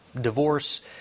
divorce